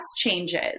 changes